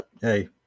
Hey